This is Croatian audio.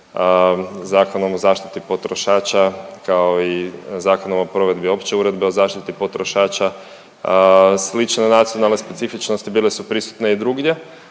Zakonom o zaštiti potrošača kao i Zakonom o provedbi Opće uredbe o zaštiti potrošača. Slične nacionalne specifičnosti bile su prisutne i drugdje.